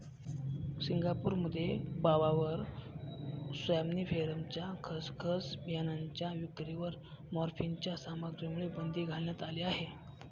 सिंगापूरमध्ये पापाव्हर सॉम्निफेरमच्या खसखस बियाणांच्या विक्रीवर मॉर्फिनच्या सामग्रीमुळे बंदी घालण्यात आली आहे